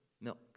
milk